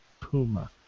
Puma